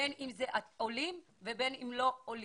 בין אם עולים או לא עולים.